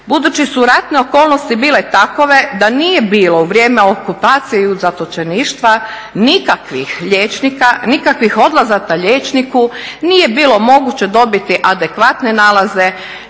budući su ratne okolnosti bile takve da nije bilo u vrijeme okupacije i zatočeništva nikakvih liječnika, nikakvih odlazaka liječniku, nije bilo moguće dobiti adekvatne nalaze